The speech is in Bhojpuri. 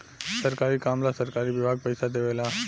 सरकारी काम ला सरकारी विभाग पइसा देवे ला